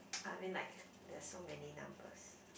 I mean like there are so many number